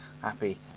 happy